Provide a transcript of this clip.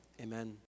Amen